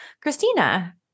Christina